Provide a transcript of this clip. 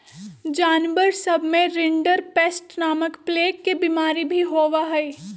जानवर सब में रिंडरपेस्ट नामक प्लेग के बिमारी भी होबा हई